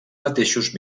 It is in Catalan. mateixos